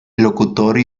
locutor